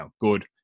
good